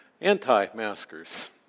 anti-maskers